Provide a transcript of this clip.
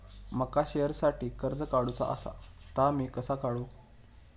माका शेअरसाठी कर्ज काढूचा असा ता मी कसा काढू?